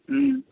ம்